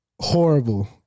horrible